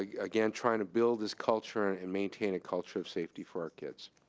ah again, trying to build this culture and maintain a culture of safety for our kids.